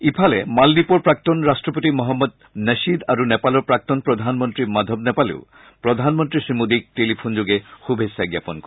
ইফালে মালদ্বীপৰ প্ৰাক্তন ৰাষ্টপতি মহম্মদ নাছীদ আৰু নেপালৰ প্ৰাক্তন প্ৰধানমন্ত্ৰী মাধৱ নেপালেও প্ৰধানমন্ত্ৰী শ্ৰীমোদীক টেলিফোনযোগে শুভেচ্ছা জ্ঞাপন কৰে